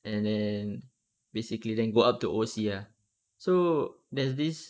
and then basically then go up to O_C ah so there's this